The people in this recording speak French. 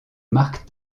marc